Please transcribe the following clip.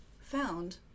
found